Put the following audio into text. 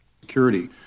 Security